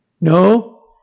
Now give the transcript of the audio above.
No